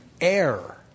air